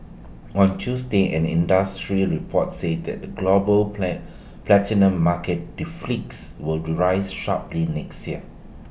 on Tuesday and an industry report said that the global plan platinum market deficits will rise sharply next year